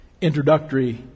introductory